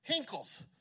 Hinkles